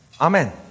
Amen